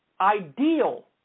ideal